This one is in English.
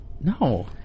No